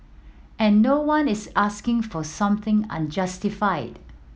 and no one is asking for something unjustified